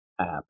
app